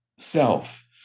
self